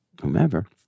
whomever